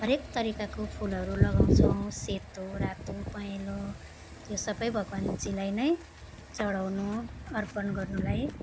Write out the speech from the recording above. हरेक तरिकाको फुलहरू लगाउँछौँ सेतो रातो पहेलो त्यो सबै भगवान्जीलाई नै चढाउनु अर्पण गर्नुलाई